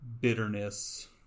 bitterness